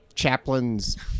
Chaplin's